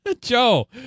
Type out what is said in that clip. Joe